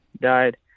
died